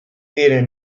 diren